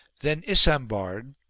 then isambard,